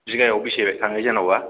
बिगायाव बेसे थाङो जेनबा